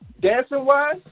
dancing-wise